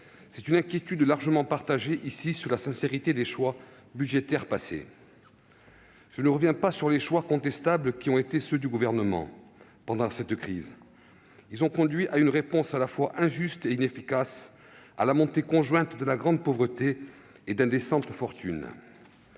une inquiétude, largement partagée ici, sur la sincérité des choix budgétaires passés. Je ne reviens pas sur ceux, contestables, qui ont été faits par le Gouvernement pendant cette crise. Ils ont conduit à une réponse à la fois injuste et inefficace, ainsi qu'à la montée conjointe de la grande pauvreté et d'indécentes fortunes.